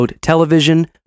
television